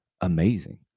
amazing